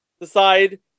decide